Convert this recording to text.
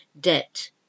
debt